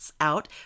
out